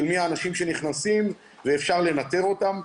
מי האנשים שנכנסים ואפשר לנטר אותם.